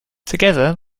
together